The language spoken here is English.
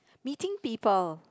meeting people